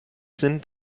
sind